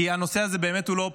כי הנושא הזה לא פשוט.